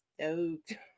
stoked